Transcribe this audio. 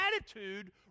attitude